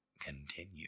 Continue